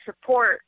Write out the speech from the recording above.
support